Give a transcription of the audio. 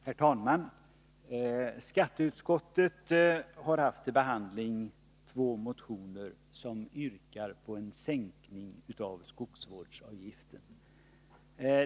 Herr talman! Skatteutskottet har haft till behandling två motioner som yrkar på en sänkning av skogsvårdsavgiften.